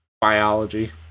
biology